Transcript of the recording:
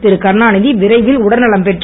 திருகருணாந்தி விரைவில் உடல்நலம் பெற்று